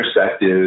perspective